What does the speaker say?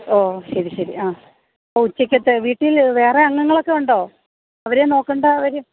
ഓ ശരി ശരി ആ ഉച്ചയ്ക്കത്തെ വീട്ടിൽ വേറെ അംഗങ്ങളൊക്കെ ഉണ്ടോ അവരെ നോക്കേണ്ടവർ